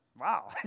wow